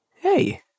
hey